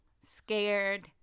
scared